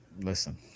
listen